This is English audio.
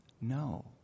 No